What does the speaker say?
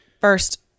first